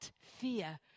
fear